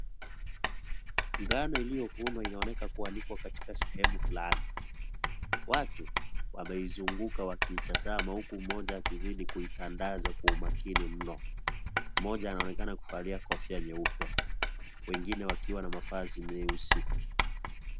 Ngano iliyovunwa inaonekana kwanikwa sehemu fulani ,watu wameizunguka wakitazama huku mmoja akizidi kuitandaza kwa umakini mno, mmoja anaonekana kuvalia kofia nyeupe wengine wakiwa na mavazi meusi.